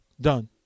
Done